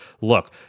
Look